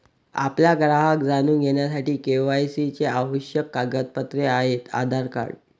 आपला ग्राहक जाणून घेण्यासाठी के.वाय.सी चे आवश्यक कागदपत्रे आहेत आधार कार्ड